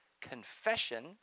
confession